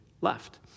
left